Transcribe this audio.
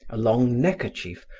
a long neckerchief,